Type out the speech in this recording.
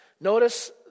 Notice